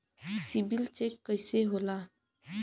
CIBIL check कइसे होला?